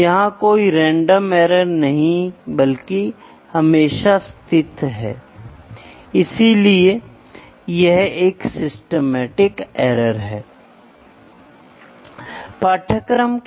अब मैं चाहता हूं कि आप उस प्रोडक्ट के लिए एक विनिर्देश दें या एक पार्ट आय के लिए ठीक है